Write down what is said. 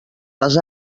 les